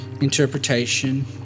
interpretation